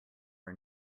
our